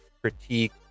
critique